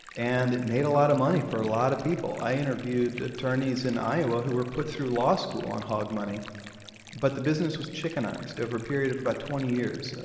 and it made a lot of money for a lot of people. i interviewed attorneys in iowa who were put through law school on hog money but the business was chickenized over a period of twenty years.